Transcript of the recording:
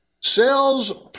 Sales-